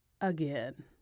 again